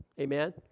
Amen